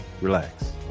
relax